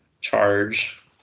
charge